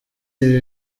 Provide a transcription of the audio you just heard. ibi